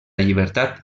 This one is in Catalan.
llibertat